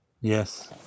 Yes